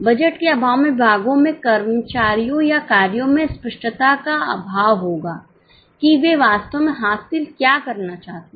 budget के अभाव में विभागों के कर्मचारियों या कार्यों में स्पष्टता का अभाव होगा कि वे वास्तव में हासिल क्या करना चाहते हैं